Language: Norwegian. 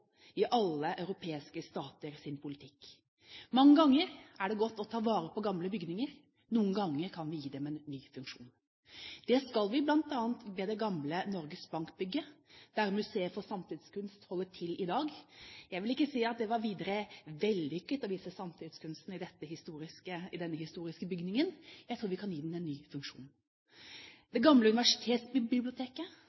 i alle europeiske staters politikk. Mange ganger er det godt å ta vare på gamle bygninger. Noen ganger kan vi gi dem en ny funksjon. Det skal vi bl.a. med det gamle Norges Bank-bygget, der Museet for samtidskunst holder til i dag. Jeg vil ikke si at det var videre vellykket å vise samtidskunsten i denne historiske bygningen. Jeg tror vi kan gi den en ny funksjon.